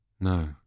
No